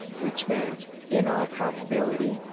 which meant, in all probability,